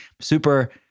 Super